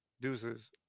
deuces